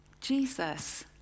Jesus